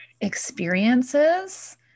experiences